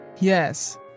Yes